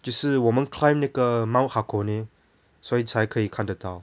就是我们 climb 那个 mount hakone 所以才可以看得到